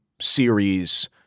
series